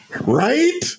Right